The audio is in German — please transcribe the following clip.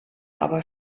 aber